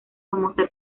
famosa